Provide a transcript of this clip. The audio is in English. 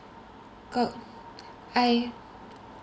uh I